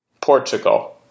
Portugal